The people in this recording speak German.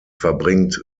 verbringt